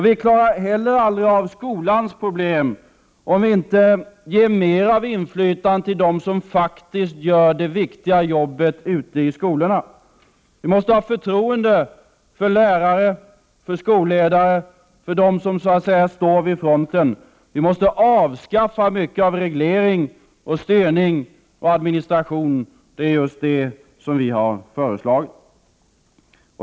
Vi kan heller aldrig klara av skolans problem om vi inte ger mer av inflytande till dem som faktiskt gör det viktiga jobbet ute i skolorna. Vi måste ha förtroende för lärare, för skolledare, för dem som så att säga står vid fronten. Vi måste avskaffa mycket av reglering, styrning och administration. Det är just detta som vi har föreslagit.